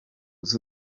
z’u